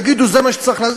יגידו: זה מה שצריך לעשות,